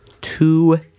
Two